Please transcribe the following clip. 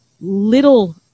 little